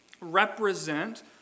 represent